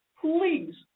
Please